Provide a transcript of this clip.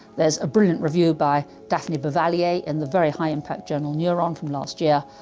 there's a brilliant review by daphne bavelier in the very high impact journal neuron from last year,